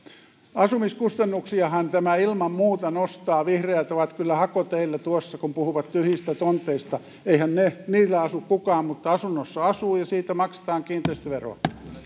asumiskustannuksiahan tämä ilman muuta nostaa vihreät ovat kyllä hakoteillä tuossa kun puhuvat tyhjistä tonteista eihän niillä asu kukaan mutta asunnossa asuu ja siitä maksetaan kiinteistöveroa